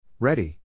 Ready